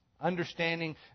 Understanding